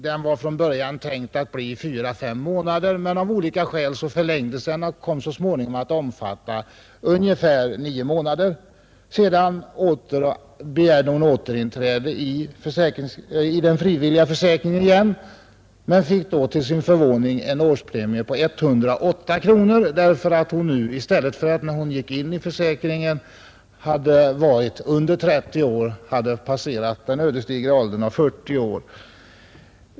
Den var från början sjukpenningförsäktänkt att vara 4 eller 5 månader, men av olika skäl förlängdes den och ringen för hemmakom så småningom att omfatta ungefär 9 månader. Därefter begärde hon fruar återinträde i den frivilliga försäkringen men fick då till sin förvåning en årspremie på 108 kronor därför att hon nu hade passerat den ödesdigra åldern av 40 år. När hon först anslöt sig till försäkringen var hon under 30 år.